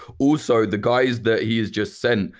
also, the guys that he has just sent,